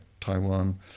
Taiwan